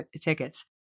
tickets